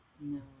No